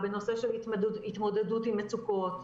בנושא של התמודדות עם מצוקות.